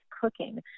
cooking